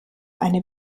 eine